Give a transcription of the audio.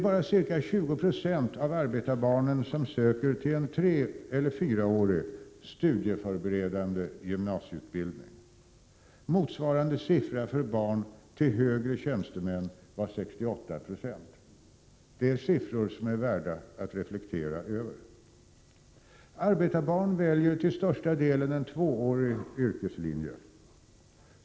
Bara ca 20 96 av arbetarbarnen söker till en treårig eller fyraårig studieförberedande gymnasieutbildning. Motsvarande siffra för barn till högre tjänstemän är 68 96. Det är siffror som är värda att reflektera över. Arbetarbarnen väljer till största delen en tvåårig yrkeslinje.